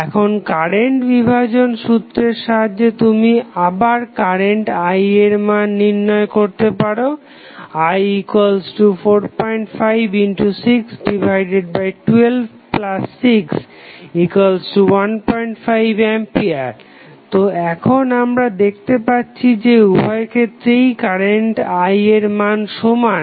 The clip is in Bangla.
এখন কারেন্ট বিভাজন সূত্রের সাহায্যে তুমি আবার কারেন্ট I এর মান নির্ণয় করতে পারো I45612615A তো এখন আমরা দেখতে পাচ্ছি যে উভয় ক্ষেত্রেই কারেন্ট I এর মান সমান